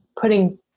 putting